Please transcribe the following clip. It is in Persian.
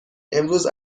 امروز